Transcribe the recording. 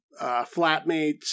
flatmates